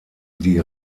die